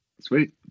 sweet